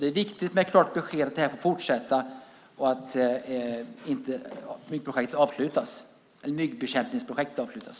Det är viktigt med ett klart besked om att myggbekämpningsprojektet får fortsätta och inte kommer att avslutas.